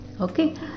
okay